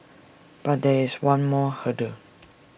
but there is one more hurdle